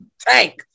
tank